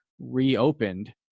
reopened